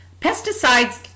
Pesticides